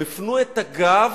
הם הפנו את הגב,